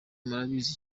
murabizi